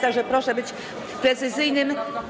Tak że proszę być precyzyjnym.